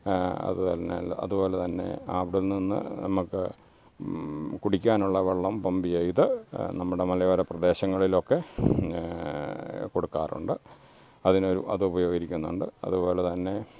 അത് തന്നെ അല്ല അതുപോലെത്തന്നെ അവിടെ നിന്ന് നമുക്ക് കുടിക്കാനുള്ള വെള്ളം പമ്പ് ചെയ്ത് നമ്മുടെ മലയോര പ്രദേശങ്ങളിലൊക്കെ കൊടുക്കാറുണ്ട് അതിന് അത് ഉപകരിക്കുന്നുണ്ട് അതുപോലെത്തന്നെ